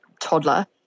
toddler